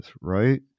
right